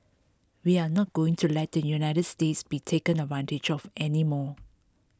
we are not going to let the United States be taken advantage of any more